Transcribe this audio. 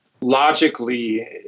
logically